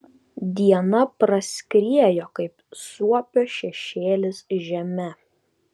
diena praskriejo kaip suopio šešėlis žeme